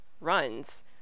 runs